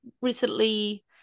recently